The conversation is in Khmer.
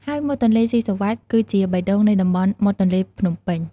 ហើយមាត់ទន្លេសុីសុវត្ថិ គឺជាបេះដូងនៃតំបន់មាត់ទន្លេភ្នំពេញ។